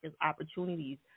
opportunities